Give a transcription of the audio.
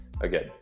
again